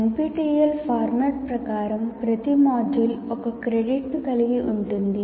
NPTEL format ప్రకారం ప్రతి module ఒక క్రెడిట్ను కలిగి ఉంటుంది